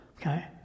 Okay